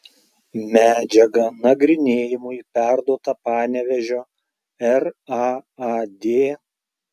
medžiaga nagrinėjimui perduota panevėžio raad